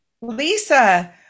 Lisa